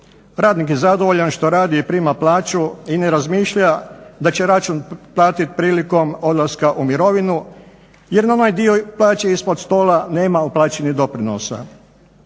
Radnik je zadovoljan što radi i prima plaću i ne razmišlja da će račun platiti prilikom odlaska u mirovinu jer na ovaj dio plaće ispod stola nema uplaćenih doprinosa.